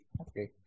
Okay